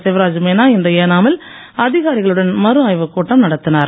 சிவராஜ் மீனா இன்று ஏனாமில் அதிகாரிகளுடன் மறு ஆய்வு கூட்டம் நடத்தினார்